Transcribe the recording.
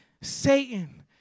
Satan